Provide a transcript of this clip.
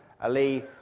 Ali